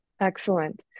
Excellent